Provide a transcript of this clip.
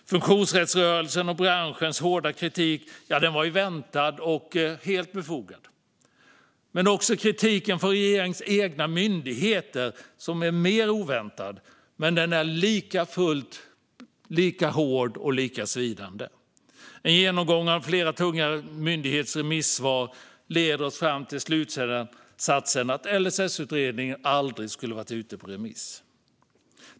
Funktionsrättsrörelsens och branschens hårda kritik var väntad och helt befogad. Kritiken från regeringens egna myndigheter är mer oväntad men lika hård och lika svidande. En genomgång av flera tunga myndigheters remissvar leder oss fram till slutsatsen att LSS-utredningen aldrig skulle ha gått ut på remiss.